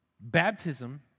baptism